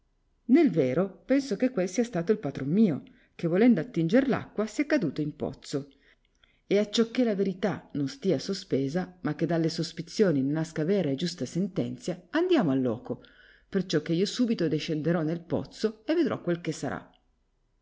nel vero penso che quel sia stato il patron mio che volendo attinger l'acqua sia caduto in pozzo e acciò che la verità non stia sospesa ma che dalle sospizioni ne nasca vera e giusta sentenzia andiamo al loco perciò che io subito descenderò nel pozzo e vedrò quel che sarà